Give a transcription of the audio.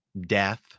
death